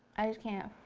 i just can't.